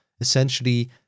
essentially